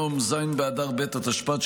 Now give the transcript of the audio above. ז' באדר ב' התשפ"ד,